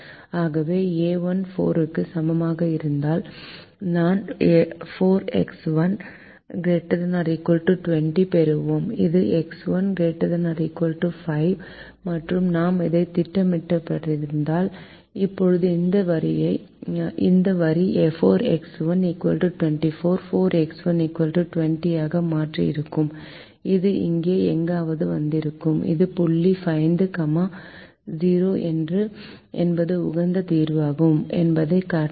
ஆகவே a1 4 க்கு சமமாக இருந்தால் நாம் 4X1 ≥ 20 ஐப் பெறுவோம் இது X1 ≥ 5 மற்றும் நாம் அதைத் திட்டமிட்டிருந்தால் இப்போது இந்த வரியை இந்த வரி 4X1 24 4X1 20 ஆக மாறியிருக்கும் அது இங்கே எங்காவது வந்திருக்கும் இது புள்ளி 5 கமா 0 என்பது உகந்த தீர்வாகும் என்பதைக் காட்டுகிறது